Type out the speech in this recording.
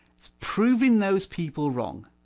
proving those people wrong.